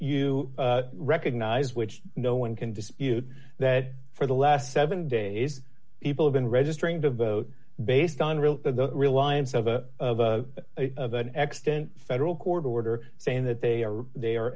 you recognize which no one can dispute that for the last seven days people have been registering to vote based on real the reliance of a of an extant federal court order saying that they are they are